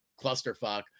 clusterfuck